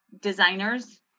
designers